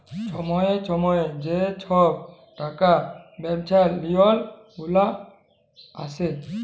ছময়ে ছময়ে যে ছব টাকা ব্যবছার লিওল গুলা আসে